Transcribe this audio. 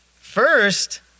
first